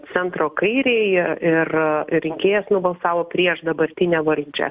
centro kairei ir rinkėjas nubalsavo prieš dabartinę valdžią